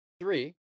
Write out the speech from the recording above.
three